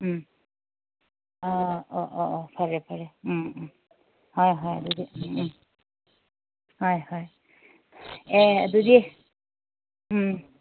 ꯎꯝ ꯑꯣ ꯑꯣ ꯑꯣ ꯑꯣ ꯐꯔꯦ ꯐꯔꯦ ꯎꯝ ꯎꯝ ꯍꯣꯏ ꯍꯣꯏ ꯑꯗꯨꯗꯤ ꯎꯝ ꯍꯣꯏ ꯍꯣꯏ ꯑꯦ ꯑꯗꯨꯗꯤ ꯎꯝ